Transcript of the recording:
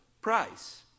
price